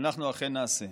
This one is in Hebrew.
ואנחנו אכן נעשה.